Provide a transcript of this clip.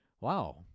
Wow